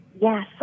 Yes